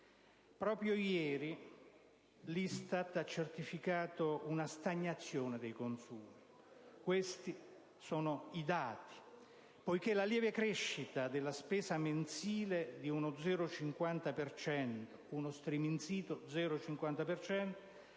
Proprio ieri, l'ISTAT ha certificato una stagnazione dei consumi (questi sono i dati), poiché la lieve crescita della spesa mensile di uno striminzito 0,50